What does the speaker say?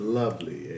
lovely